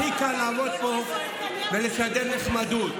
הכי קל לעמוד פה ולשדר נחמדות,